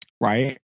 right